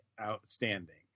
outstanding